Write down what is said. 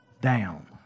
down